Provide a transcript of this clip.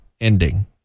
ending